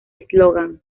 eslogan